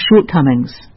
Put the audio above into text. shortcomings